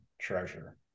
treasure